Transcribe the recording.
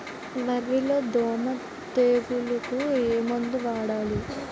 వరిలో దోమ తెగులుకు ఏమందు వాడాలి?